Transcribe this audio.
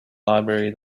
library